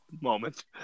moment